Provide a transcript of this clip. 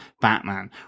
Batman